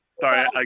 Sorry